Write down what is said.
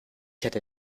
hätte